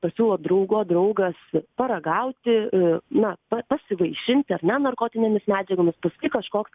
pasiūlo draugo draugas paragauti na pa pasivaišinti ar ne narkotinėmis medžiagomis paskui kažkoks